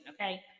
okay